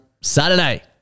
Saturday